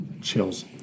Chills